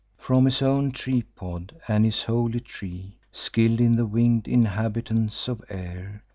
from his own tripod, and his holy tree skill'd in the wing'd inhabitants of air,